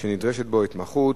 שנדרשת בו התמחות),